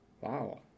wow